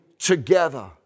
Together